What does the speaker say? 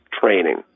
training